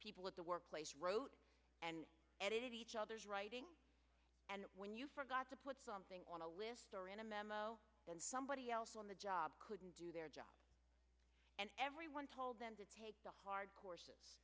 people at the workplace wrote and edited each other's writing and when you forgot to put something on a list or in a memo and somebody else on the job couldn't do their job and everyone told them to take the hard course